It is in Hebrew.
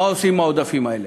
מה עושים עם העודפים האלה.